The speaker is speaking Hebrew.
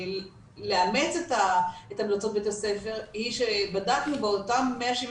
לאמץ את המלצות בית הספר היא שבדקנו באותם 175